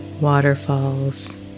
waterfalls